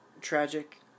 tragic